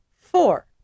Four